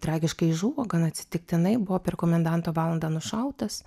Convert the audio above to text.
tragiškai žuvo gan atsitiktinai buvo per komendanto valandą nušautas